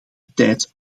tijd